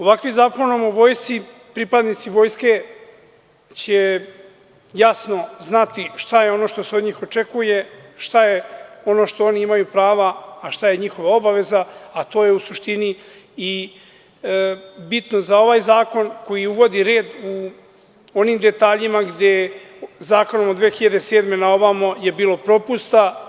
Ovakvim Zakonom o Vojsci pripadnici vojske će jasno znati šta je ono što se od njih očekuje, šta je ono što oni imaju prava, a šta je njihova obaveza, a to je u suštini i bitno za ovaj zakon koji uvodi red u onim detaljima gde je zakonom od 2007. godine na ovamo bilo propusta.